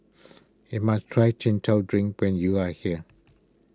you must try Chin Chow Drink when you are here